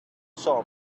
saw